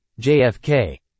JFK